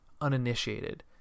uninitiated